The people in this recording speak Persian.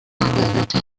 محوطه